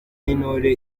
n’intore